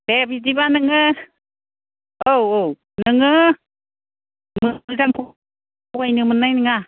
दे बिदिबा नोङो औ औ नोङो मोजांखौ थगायनो मोननाय नङा